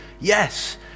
Yes